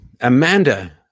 Amanda